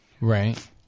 Right